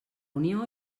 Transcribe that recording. unió